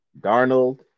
Darnold